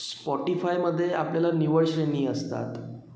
स्पॉटिफायमध्ये आपल्याला निवड श्रेणी असतात